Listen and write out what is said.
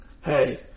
hey